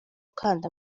kanda